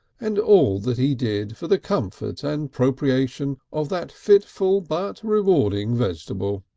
and all that he did for the comfort and propitiation of that fitful but rewarding vegetable.